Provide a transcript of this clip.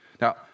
Now